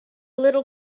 little